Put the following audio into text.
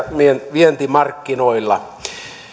vientimarkkinoilla